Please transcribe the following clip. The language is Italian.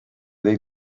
dei